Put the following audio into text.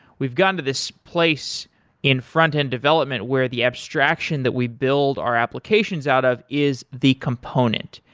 we've gotten to this place in frontend development where the abstraction that we build our applications out of is the component.